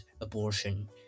abortion